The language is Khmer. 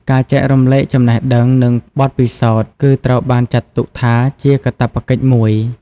ការចែករំលែកចំណេះដឹងនឹងបទពិសោធន៍ គឺត្រូវបានចាត់ទុកថាជាកាតព្វកិច្ចមួយ។